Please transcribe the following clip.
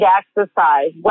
exercise